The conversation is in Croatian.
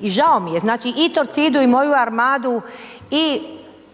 i žao mi, znači i Torcidu i moju Armadu i